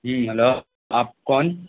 جی hello آپ کون